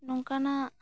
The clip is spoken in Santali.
ᱱᱚᱝᱠᱟᱱᱟ